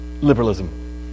Liberalism